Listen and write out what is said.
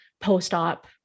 post-op